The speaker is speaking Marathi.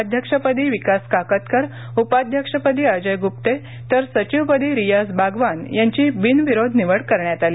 अध्यक्षपदी विकास काकतकर उपाध्यक्षपदी अजय ग्रुप्ते तर सचिवपदी रियाझ बागवान यांची बिनविरोध निवड करण्यात आली